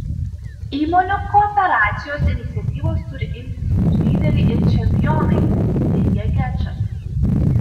įmonių kooperacijos iniciatyvos turi imtis lyderiai ir čempionai teigia gečas